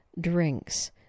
drinks